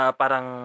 parang